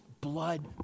blood